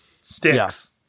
sticks